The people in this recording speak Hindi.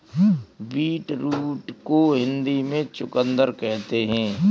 बीटरूट को हिंदी में चुकंदर कहते हैं